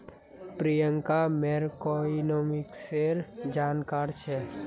प्रियंका मैक्रोइकॉनॉमिक्सेर जानकार छेक्